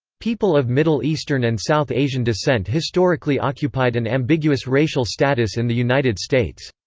people of middle eastern and south asian descent historically occupied an ambiguous racial status in the united states.